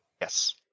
Yes